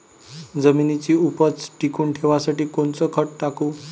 जमिनीची उपज टिकून ठेवासाठी कोनचं खत टाकू?